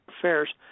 affairs